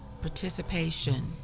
participation